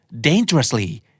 Dangerously